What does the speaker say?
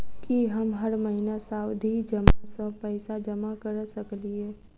की हम हर महीना सावधि जमा सँ पैसा जमा करऽ सकलिये?